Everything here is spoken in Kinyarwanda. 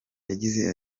yagize